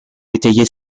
étayer